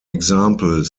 example